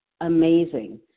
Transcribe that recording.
amazing